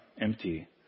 empty